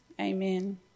amen